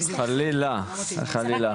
חלילה, חלילה.